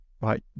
right